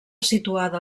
situada